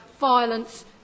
violence